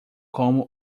como